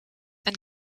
and